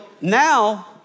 now